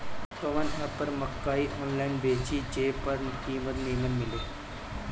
कवन एप पर मकई आनलाइन बेची जे पर कीमत नीमन मिले?